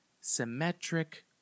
symmetric